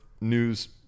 news